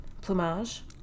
Plumage